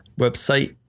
website